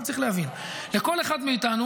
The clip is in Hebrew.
עכשיו צריך להבין, לכל אחד מאיתנו